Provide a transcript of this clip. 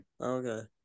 Okay